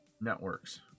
networks